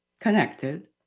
connected